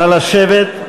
נא לשבת.